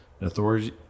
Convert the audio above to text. Authorities